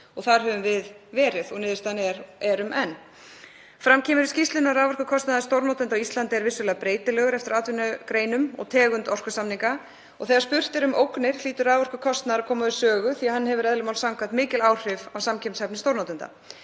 Þar höfum við verið og niðurstaðan er að við erum enn. Fram kemur í skýrslunni að raforkukostnaður stórnotenda á Íslandi er vissulega breytilegur eftir atvinnugreinum og tegund orkusamninga. Þegar spurt er um ógnir hlýtur raforkukostnaður að koma við sögu því að hann hefur eðli máls samkvæmt mikil áhrif á samkeppnishæfni stórnotanda.